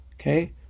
Okay